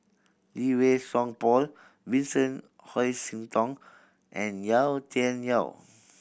Lee Wei Song Paul Vincent Hoisington and Yau Tian Yau